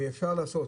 אפשר לעשות,